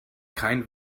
kein